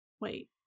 Wait